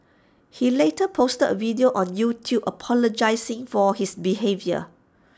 he later posted A video on YouTube apologising for his behaviour